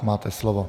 Máte slovo.